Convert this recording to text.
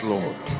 Lord